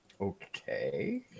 Okay